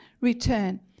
return